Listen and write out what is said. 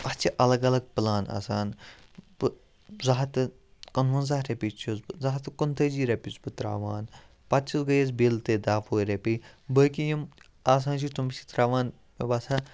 اَتھ چھِ الگ الگ پٕلان آسان بہٕ زٕ ہَتھ تہٕ کُنوَنزاہ رۄپیہِ چھُس بہٕ زٕ ہَتھ تہٕ کُنتٲجی رۄپیہِ چھُس بہٕ ترٛاوان پَتہٕ چھُس گٔیَس بِل تہِ دَہ وُہ رۄپیہِ باقے یِم آسان چھِ تم چھِ ترٛاوان مےٚ باسان